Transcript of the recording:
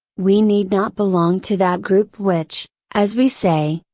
we need not belong to that group which, as we say,